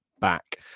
back